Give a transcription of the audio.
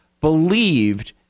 believed